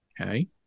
Okay